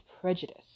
Prejudice